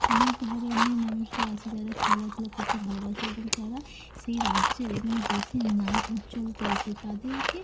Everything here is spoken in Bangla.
অনেক ধরনের মানুষরা আছে যারা খেলাধুলা করতে ভালোবাসে এবং যারা সেই রাজ্যের এবং দেশের নাম উজ্জ্বল করেছে তাদেরকে